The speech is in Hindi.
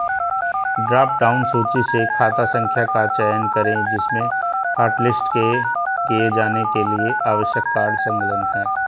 ड्रॉप डाउन सूची से खाता संख्या का चयन करें जिसमें हॉटलिस्ट किए जाने के लिए आवश्यक कार्ड संलग्न है